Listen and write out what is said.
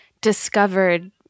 discovered